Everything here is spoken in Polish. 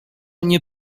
nie